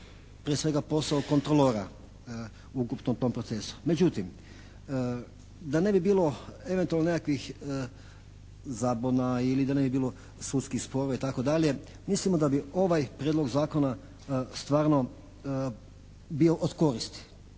Prije svega posao kontrolora u ukupnom tom procesu. Međutim da ne bi bilo eventualno nekakvih zabuna ili da ne bi bilo sudskih sporova i tako dalje mislimo da bi ovaj Prijedlog zakona stvarno bio od koristi.